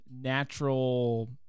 natural